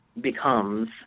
becomes